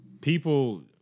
People